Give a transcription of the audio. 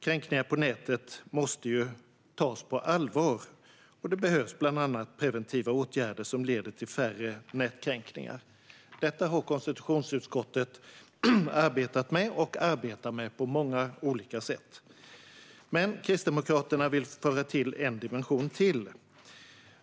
Kränkningar på nätet måste tas på allvar, och det behövs bland annat preventiva åtgärder som leder till färre nätkränkningar. Detta har konstitutionsutskottet arbetat med, och arbetar fortfarande med, på många olika sätt. Men Kristdemokraterna vill lägga till ytterligare en dimension.